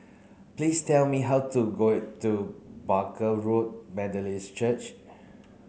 please tell me how to to Barker Road Methodist Church